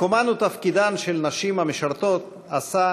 מקומן ותפקידן של הנשים המשרתות בו